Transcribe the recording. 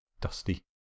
dusty